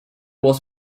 was